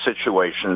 situations